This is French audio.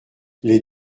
les